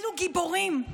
אלה גיבורים.